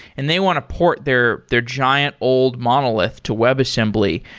and they want to port their their giant, old monolith to web assembly.